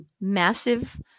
massive